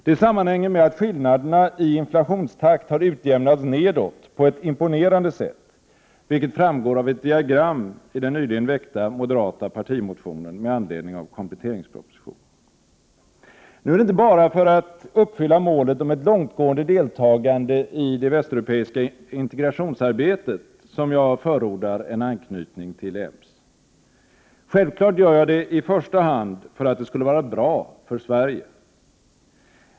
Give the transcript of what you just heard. Det sammanhänger med att skillnaderna i inflationstakt har utjämnats nedåt på ett imponerande sätt, vilket framgår av ett diagram i den nyligen väckta moderata partimotionen med anledning av kompletteringspropositionen. Nu är det inte bara för att uppfylla målet om ett långtgående deltagande i det västeuropeiska integrationsarbetet som jag förordar en anknytning till EMS. Självklart gör jag det i första hand för att det skulle vara bra för Sverige.